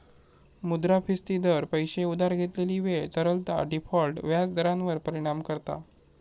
मुद्रास्फिती दर, पैशे उधार घेतलेली वेळ, तरलता, डिफॉल्ट व्याज दरांवर परिणाम करता